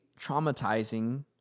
traumatizing